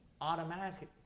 automatically